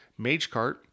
MageCart